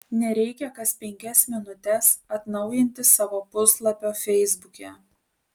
nereikia kas penkias minutes atnaujinti savo puslapio feisbuke